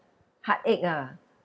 heartache ah